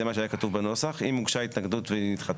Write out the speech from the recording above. זה מה שהיה כתוב בנוסח אם הוגשה התנגדות ונדחתה,